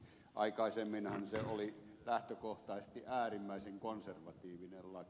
aikaisemminhan se oli lähtökohtaisesti äärimmäisen konservatiivinen laki